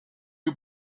you